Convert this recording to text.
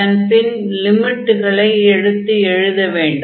அதன் பின் லிமிட்டுகளை எடுத்து எழுத வேண்டும்